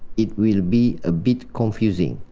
it will be a bit confusing,